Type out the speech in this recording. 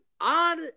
odd